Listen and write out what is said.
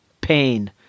pain